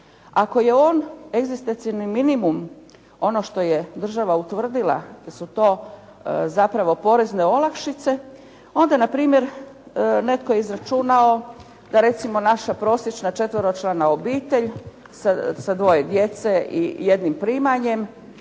Ako je on egzistencijalni minimum ono što je država utvrdila da su to zapravo porezne olakšice onda na primjer netko je izračunao da recimo naša prosječna četveročlana obitelj sa dvoje djece i jednim primanjem